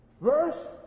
Verse